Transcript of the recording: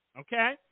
Okay